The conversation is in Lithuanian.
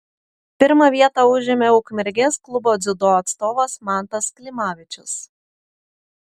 pirmą vietą užėmė ukmergės klubo dziudo atstovas mantas klimavičius